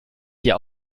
ihr